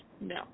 No